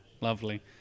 Lovely